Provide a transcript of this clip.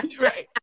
right